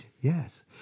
yes